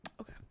Okay